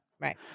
right